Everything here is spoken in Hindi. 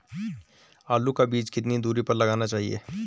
आलू का बीज कितनी दूरी पर लगाना चाहिए?